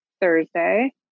Thursday